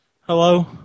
Hello